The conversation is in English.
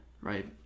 right